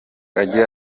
agira